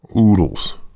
Oodles